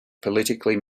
politically